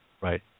Right